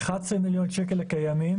מבחינת 717- 11 מיליון שקל הקיימים